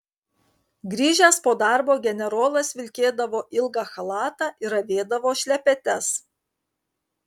grįžęs po darbo generolas vilkėdavo ilgą chalatą ir avėdavo šlepetes